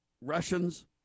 Russians